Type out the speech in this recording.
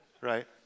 Right